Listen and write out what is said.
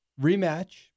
rematch